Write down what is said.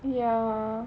ya